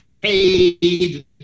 paid